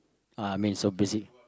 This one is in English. uh I mean so busy